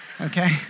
Okay